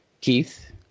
Keith